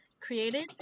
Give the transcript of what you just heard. created